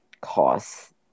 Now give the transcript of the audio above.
cost